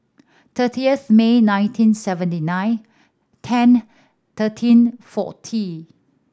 thirtieth May nineteen seventy nine ten thirteen forty